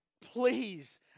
Please